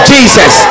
Jesus